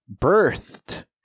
birthed